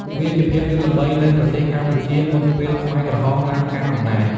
វាជាភាពយន្តល្បីនៅ ប្រទេសកម្ពុជា មុនពេល ខ្មែរក្រហម ឡើងកាន់អំណាច។